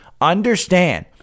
Understand